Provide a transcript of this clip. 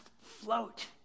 float